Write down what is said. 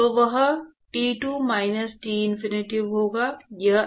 तो वह T2 minus T infinity होगा